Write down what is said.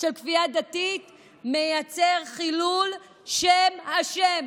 של כפייה דתית, מייצר חילול שם השם.